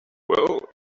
well